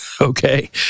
Okay